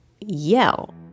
yell